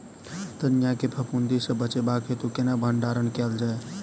धनिया केँ फफूंदी सऽ बचेबाक हेतु केना भण्डारण कैल जाए?